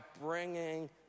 bringing